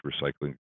recycling